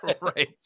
right